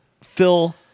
Phil